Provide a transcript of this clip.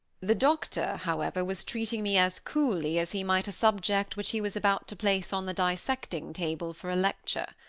the doctor, however, was treating me as coolly as he might a subject which he was about to place on the dissecting-table for a lecture.